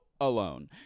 alone